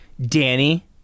Danny